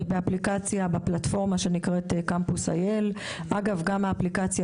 בפלטפורמה שנקראת "קמפוס IL". הקורס והאפליקציה